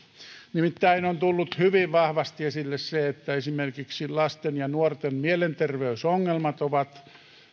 nimittäin on tullut hyvin vahvasti esille se että esimerkiksi lasten ja nuorten mielenterveysongelmat ovat